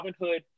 Robinhood